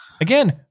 again